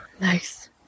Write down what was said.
Nice